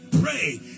pray